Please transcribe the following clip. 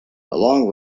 along